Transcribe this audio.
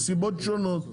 נסיבות שונות.